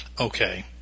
Okay